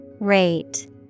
Rate